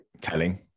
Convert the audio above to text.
telling